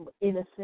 innocent